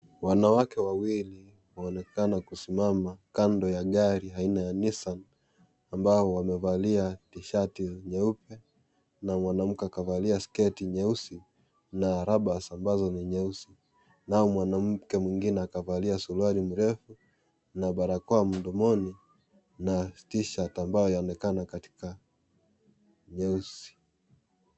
Wanawake wawili waonekana kusimama kando ya gari aina ya Nissan ambao wamevalia t-shirt nyeupe na mwanamke akavalia sketi nyeusi na rubbers ambazo ni nyeusi, naye mwanamke mwingine akavalia suruali mrefu na barakoa mdomoni na t-shirt ambayo yaonekana katika nyeusi.